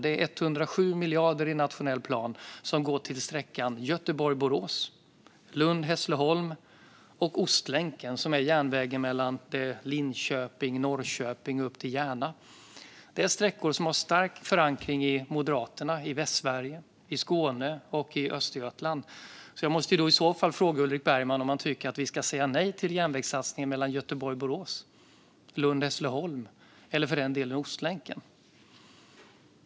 Det är 107 miljarder i nationell plan som går till sträckorna Göteborg-Borås, Lund-Hässleholm och Ostlänken, som är järnvägen från Linköping och Norrköping upp till Järna. Det är sträckor som har stark förankring hos Moderaterna i Västsverige, i Skåne och i Östergötland. Jag måste i så fall fråga Ulrik Bergman om han tycker att vi ska säga nej till satsningen på järnväg mellan Göteborg och Borås och mellan Lund och Hässleholm eller för den delen Ostlänken.